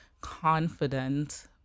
confident